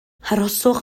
arhoswch